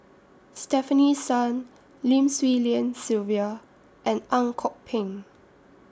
Stefanie Sun Lim Swee Lian Sylvia and Ang Kok Peng